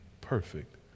perfect